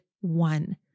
one